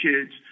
kids